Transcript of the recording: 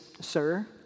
Sir